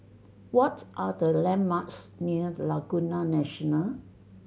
what are the landmarks near Laguna National